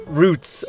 roots